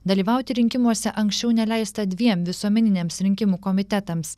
dalyvauti rinkimuose anksčiau neleista dviem visuomeniniams rinkimų komitetams